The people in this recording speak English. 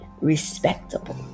respectable